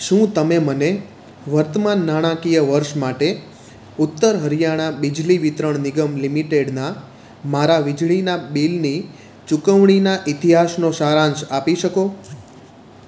શું તમે મને વર્તમાન નાણાકીય વર્ષ માટે ઉત્તર હરિયાણા બિજલી વિતરણ નિગમ લિમિટેડના મારા વીજળીના બિલની ચૂકવણીના ઇતિહાસનો સારાંશ આપી શકો